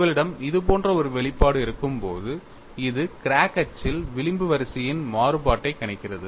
உங்களிடம் இது போன்ற ஒரு வெளிப்பாடு இருக்கும்போது இது கிராக் அச்சில் விளிம்பு வரிசையின் மாறுபாட்டைக் கணிக்கிறது